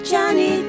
Johnny